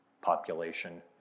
population